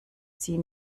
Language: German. sie